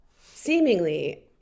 seemingly